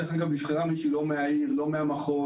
דרך אגב, נבחרה מישהי לא מהעיר, לא מהמחוז,